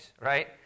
right